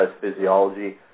physiology